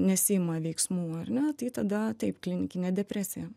nesiima veiksmų ar ne tai tada taip klinikinė depresija